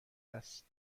است